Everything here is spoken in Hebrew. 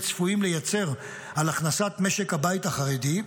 צפויים לייצר על הכנסת משק הבית החרדי,